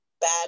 bad